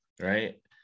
right